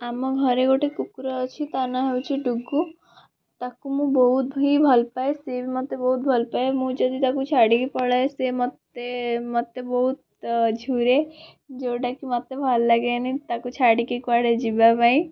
ଆମ ଘରେ ଗୋଟେ କୁକୁର ଅଛି ତା ନାଁ ହେଉଛି ଡୁଗୁ ତାକୁ ମୁଁ ବହୁତ ହିଁ ଭଲ ପାଏ ସିଏ ବି ମୋତେ ବହୁତ ଭଲ ପାଏ ମୁଁ ଯଦି ତାକୁ ଛାଡ଼ିକି ପଳାଏ ସିଏ ମୋତେ ମୋତେ ବହୁତ ଝୁରେ ଯୋଉଟାକି ମୋତେ ଭଲ ଲାଗେନି ତାକୁ ଛାଡ଼ିକି କୁଆଡ଼େ ଯିବାପାଇଁ